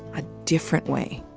a different way.